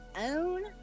own